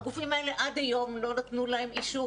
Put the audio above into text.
לגופים האלה עד היום לא נתנו אישור